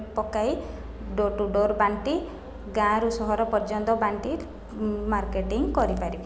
ପକାଇ door to door ବାଣ୍ଟି ଗାଁରୁ ସହର ପର୍ଯ୍ୟନ୍ତ ବାଣ୍ଟି ମାର୍କେଟିଂ କରିପାରିବି